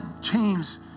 James